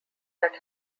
that